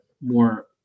more